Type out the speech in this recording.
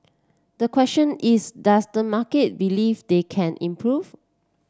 the question is does the market believe they can improve